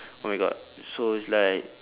oh my god so it's like